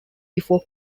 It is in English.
before